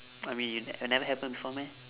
I mean never happen before meh